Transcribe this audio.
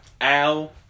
Al